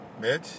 Mitch